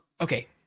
okay